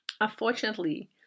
Unfortunately